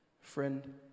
friend